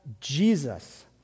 Jesus